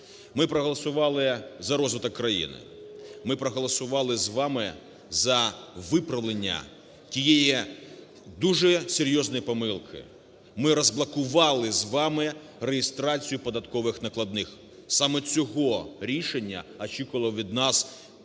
Ми проголосували за розвиток країни, ми проголосували з вами за виправлення тієї дуже серйозної помилки, ми розблокували з вами реєстрацію податкових накладних, саме цього рішення очікував від нас